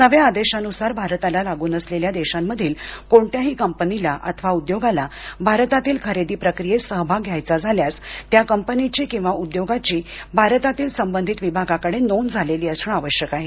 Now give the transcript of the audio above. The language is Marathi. नव्या आदेशानुसार भारताला लागून असलेल्या देशांमधील कोणत्याही कंपनीला अथवा उद्योगाला भारतातील खरेदी प्रक्रियेत सहभाग घ्यायचा असल्यास त्या कंपनीची अथवा उद्योगाची भारतातील संबंधित विभागाकडं नोंद झालेली असणं आवश्यक आहे